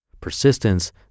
Persistence